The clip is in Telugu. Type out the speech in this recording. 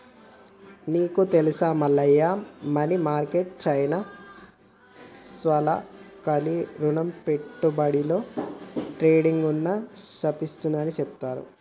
నీకు తెలుసా మల్లయ్య మనీ మార్కెట్ చానా స్వల్పకాలిక రుణ పెట్టుబడులలో ట్రేడింగ్ను శాసిస్తుందని చెబుతారు